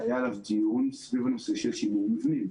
והיה עליו דיון סביב נושא שימור מבנים.